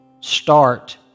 start